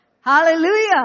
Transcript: Hallelujah